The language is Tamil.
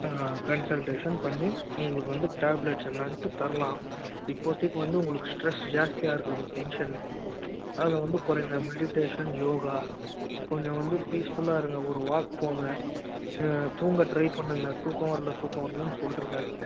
ஆ கன்சல்டேஷன் பண்ணி உங்களுக்கு வந்து டேப்லெட்ஸ் என்னான்ட்டு தரலாம் இப்போதைக்கி வந்து உங்களுக்கு ஸ்ட்ரெஸ் ஜாஸ்தியாக இருக்குது டென்ஷன் அதை வந்து குறைங்க மெடிடேஷன் யோகா கொஞ்சம் வந்து பீஸ்ஃபுல்லாக இருங்கள் ஒரு வாக் போங்க தூங்க ட்ரை பண்ணுங்க தூக்கம் வரல தூக்கம் வரலன் சொல்லிட்ருக்காதிங்க